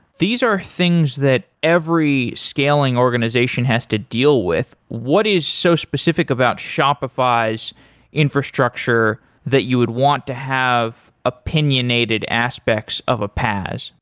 these are things that every scaling organization has to deal with. what is so specific about shopify's infrastructure that you would want to have opinionated aspects of a paas?